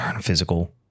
physical